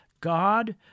God